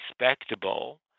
respectable